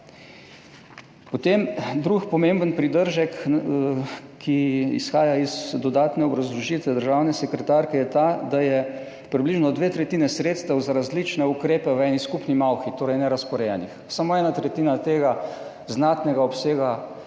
Potem drug pomemben pridržek, ki izhaja iz dodatne obrazložitve državne sekretarke, je ta, da je približno dve tretjini sredstev za različne ukrepe v eni skupni malhi, torej nerazporejenih, samo ena tretjina tega znatnega obsega